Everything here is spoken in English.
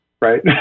right